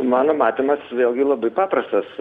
mano matymas vėlgi labai paprastas